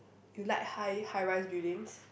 you like high high rise buildings